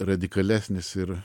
radikalesnis ir